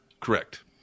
Correct